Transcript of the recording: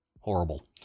horrible